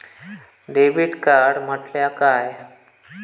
Debit card म्हटल्या काय?